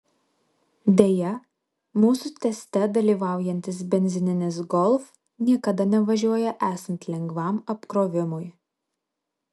deja mūsų teste dalyvaujantis benzininis golf niekada nevažiuoja esant lengvam apkrovimui